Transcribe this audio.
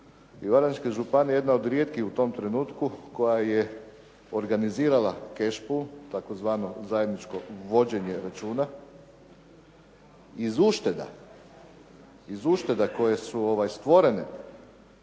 i Varaždinska županija je jedna od rijetkih u tom trenutku koja je organizirala "kešpu" tzv. zajedničko vođenje računa, iz ušteda koje su stvorene